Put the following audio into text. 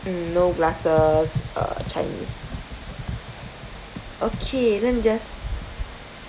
mm no glasses uh chinese okay let me just